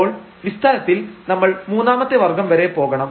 അപ്പോൾ വിസ്താരത്തിൽ നമ്മൾ മൂന്നാമത്തെ വർഗ്ഗം വരെ പോകണം